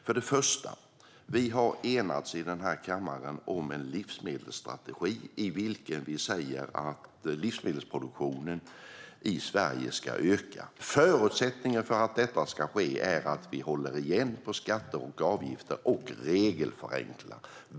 För det första: Vi har i denna kammare enats om en livsmedelsstrategi i vilken vi säger att livsmedelsproduktionen i Sverige ska öka. Förutsättningen för att detta ska ske är att vi håller igen på skatter och avgifter och att vi regelförenklar.